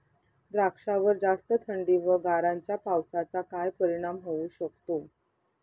द्राक्षावर जास्त थंडी व गारांच्या पावसाचा काय परिणाम होऊ शकतो?